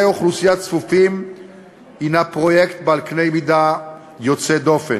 אוכלוסייה צפופים היא פרויקט בקנה-מידה יוצא דופן.